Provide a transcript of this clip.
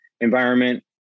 environment